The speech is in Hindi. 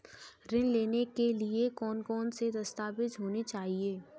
ऋण लेने के लिए कौन कौन से दस्तावेज होने चाहिए?